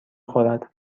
خورد